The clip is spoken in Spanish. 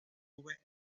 nube